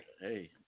Hey